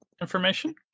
information